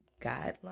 guidelines